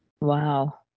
Wow